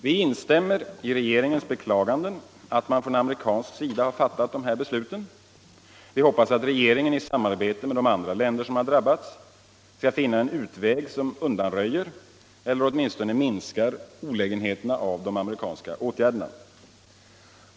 Vi instämmer i regeringens beklagande, att man från amerikansk sida fattat dessa importbegränsande beslut: Vi hoppas att regeringen i samarbete med de andra länder som drabbas skall finna en väg som undanröjer eller åtminstone minskar olägenheterna av de amerikanska åtgärderna.